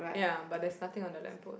ya but there's nothing on the lamp post